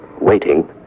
waiting